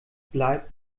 bleibt